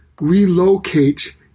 relocate